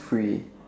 free